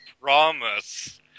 promise